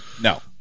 No